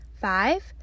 Five